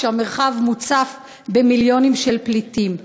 כשהמרחב מוצף במיליונים של פליטים.